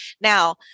Now